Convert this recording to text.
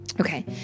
Okay